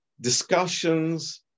discussions